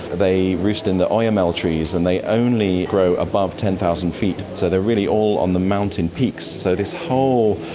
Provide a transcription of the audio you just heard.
they roost in the oyamel trees and they only grow above ten thousand feet. so they are really all on the mountain peaks, so this whole,